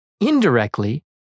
Indirectly